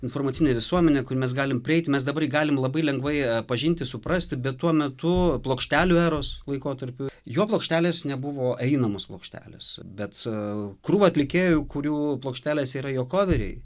informacinė visuomenė kur mes galim prieit mes dabar jį galim labai lengvai pažinti suprasti bet tuo metu plokštelių eros laikotarpiu jo plokštelės nebuvo einamos plokštelės bet krūva atlikėjų kurių plokštelės yra jo koveriai